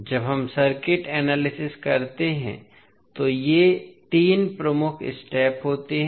जब हम circuit analysis करते हैं तो ये तीन प्रमुख स्टेप होते हैं